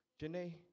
Janae